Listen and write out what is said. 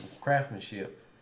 craftsmanship